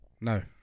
No